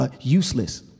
useless